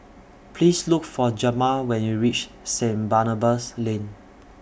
Please Look For Jamar when YOU REACH Saint Barnabas Lane